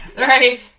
Right